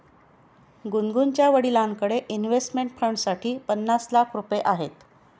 गुनगुनच्या वडिलांकडे इन्व्हेस्टमेंट फंडसाठी पन्नास लाख रुपये आहेत